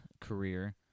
career